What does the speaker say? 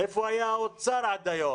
איפה היה האוצר עד היום?